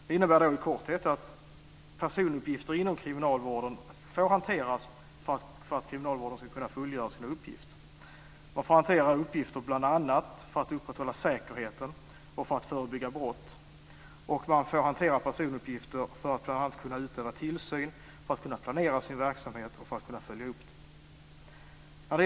Det innebär i korthet att personuppgifter inom kriminalvården får hanteras för att kriminalvården ska kunna fullgöra sina uppgifter. Man får hantera uppgifter bl.a. för att upprätthålla säkerheten och för att förebygga brott. Och man får hantera personuppgifter bl.a. för att kunna utöva tillsyn, för att kunna planera sin verksamhet och för att kunna följa upp den.